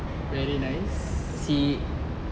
very nice